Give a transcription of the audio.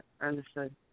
Understood